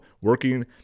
working